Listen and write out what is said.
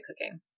Cooking